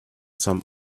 some